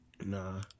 Nah